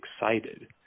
excited